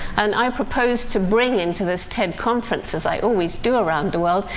and i propose to bring into this ted conference, as i always do around the world,